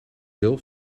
deel